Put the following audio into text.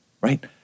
right